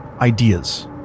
ideas